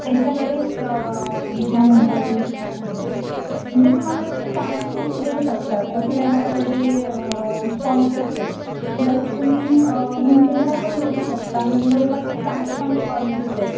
त्यांच्याकडे स काय म्हणतात ते म्हणजे तुम्हाला ते चांगली नोकरी देऊ शकतात असं त्यांच्याकडे स्पॉन्सर्स आहेत प्लस तुम्ही मुंबईला पण बघू शकता मुंबईला खूप चांगले चांगले कॉलेजेस आहेत